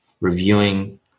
reviewing